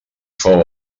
fou